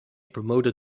promoted